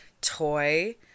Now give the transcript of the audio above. toy